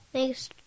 Thanks